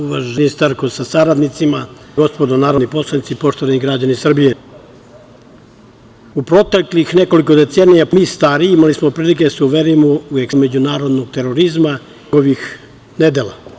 Uvažena ministarko sa saradnicima, dame i gospodo narodni poslanici, poštovani građani Srbije, u proteklih nekoliko decenija mi stariji imali smo prilike da se uverimo u ekspanziju međunarodnog terorizma i njegovih nedela.